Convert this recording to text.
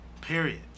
Period